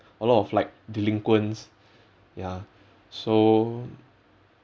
a lot of like delinquents ya so